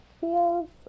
feels